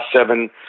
seven